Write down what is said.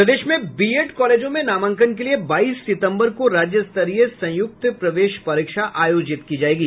प्रदेश में बीएड कॉलेजों में नामांकन के लिए बाईस सितम्बर को राज्य स्तरीय संयुक्त प्रवेश परीक्षा आयोजित की जायेगी